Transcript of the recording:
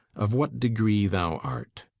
of what degree thou art.